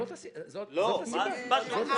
זו הסיבה.